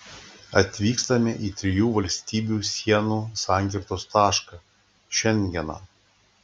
atvykstame į trijų valstybių sienų sankirtos tašką šengeną